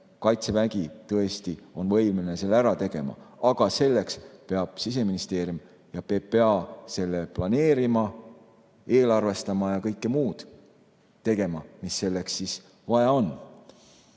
Kaitsevägi tõesti on võimeline selle ära tegema, aga selleks peavad Siseministeerium ja PPA selle planeerima, eelarvestama ja kõike muud tegema, mis selleks vaja on.